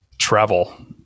travel